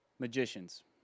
magicians